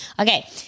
Okay